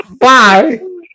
Bye